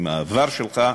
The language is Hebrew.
עם העבר שלך,